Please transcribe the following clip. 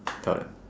tell them